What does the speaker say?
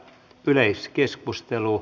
yleiskeskustelu